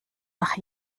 nach